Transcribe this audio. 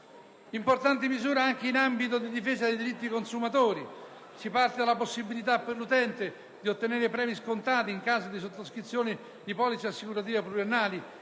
Importanti misure sono previste anche per la difesa dei diritti dei consumatori. Si parte dalla possibilità per l'utente di ottenere premi scontati in caso di sottoscrizione di polizze assicurative pluriennali,